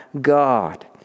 God